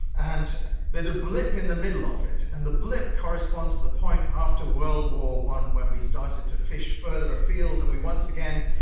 and there's a blip in the middle of it, and the blip corresponds to the point after world war i when we started to fish further afield and we, once again,